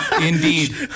indeed